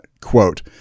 Quote